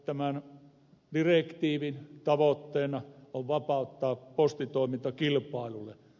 tämän direktiivin tavoitteena on vapauttaa postitoiminta kilpailulle